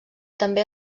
també